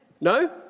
No